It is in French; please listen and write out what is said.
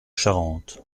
charente